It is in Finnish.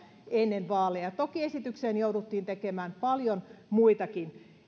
ennen vaaleja toki esitykseen jouduttiin tekemään paljon muitakin